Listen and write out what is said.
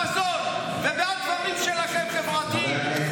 היום הצבעתי בעד המזון ובעד דברים חברתיים שלכם.